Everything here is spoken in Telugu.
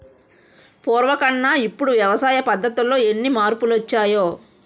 పూర్వకన్నా ఇప్పుడు వ్యవసాయ పద్ధతుల్లో ఎన్ని మార్పులొచ్చాయో